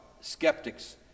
skeptics